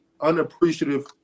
unappreciative